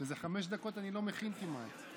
כשזה חמש דקות, אני לא מכין כמעט.